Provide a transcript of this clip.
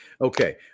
Okay